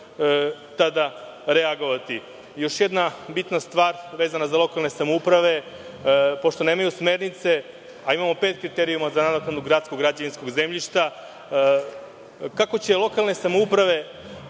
tada reagovati? Još jedna bitna stvar vezana za lokalne samouprave, pošto nemaju smernice, a imamo pet kriterijuma za nadoknadu gradskog građevinskog zemljišta, kako će lokalne samouprave